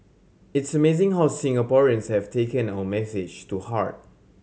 it's amazing how Singaporeans have taken our message to heart